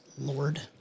Lord